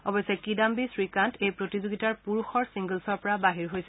অৰশ্যে কিদান্বী শ্ৰীকান্ত এই প্ৰতিযোগিতাৰ পুৰুষৰ ছিংগলছৰ পৰা বাহিৰ হৈছে